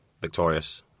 Victorious